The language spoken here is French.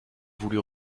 voulût